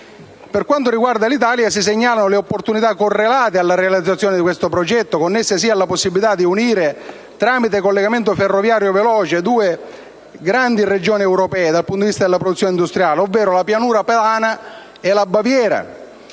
Per quanto riguarda l'Italia si segnalano le opportunità correlate alla realizzazione di questo progetto, connesse sia alla possibilità di unire tramite collegamento ferroviario veloce due grandi regioni europee dal punto di vista della produzione industriale, ovvero la pianura padana e la Baviera,